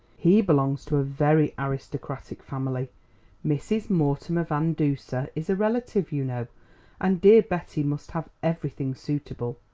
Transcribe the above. he belongs to a very aristocratic family mrs. mortimer van duser is a relative, you know and dear betty must have everything suitable.